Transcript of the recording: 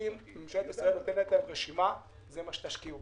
ממשלת ישראל לא נותנת רשימה למוסדיים במה להשקיע.